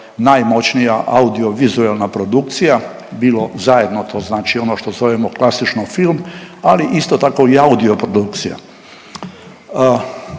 najmoćnija audiovizualna produkcija bilo zajedno to znači ono što zovemo klasično film, ali isto tako i audio produkcija.